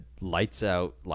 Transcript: lights-out